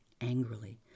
angrily